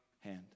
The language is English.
hand